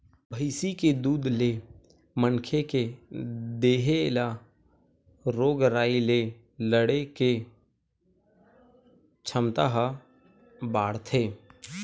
भइसी के दूद ले मनखे के देहे ल रोग राई ले लड़े के छमता ह बाड़थे